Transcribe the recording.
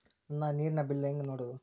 ನನ್ನ ನೇರಿನ ಬಿಲ್ಲನ್ನು ಹೆಂಗ ನೋಡದು?